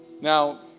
Now